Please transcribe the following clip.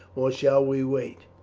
or shall we wait?